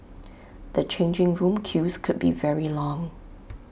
the changing room queues could be very long